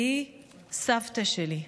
והיא סבתא שלי,